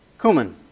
cumin